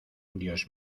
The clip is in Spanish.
dios